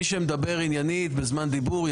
מי שמדבר עניינית בזמן דיבור,